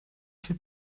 fait